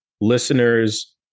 listeners